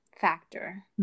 factor